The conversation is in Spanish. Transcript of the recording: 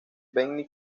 benny